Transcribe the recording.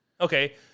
Okay